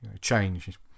change